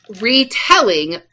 retelling